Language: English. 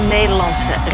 Nederlandse